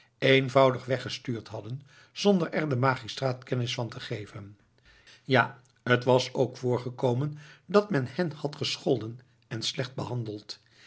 eenvoudig weggestuurd hadden zonder er den magistraat kennis van te geven ja het was ook voorgekomen dat men hen had gescholden en slecht behandeld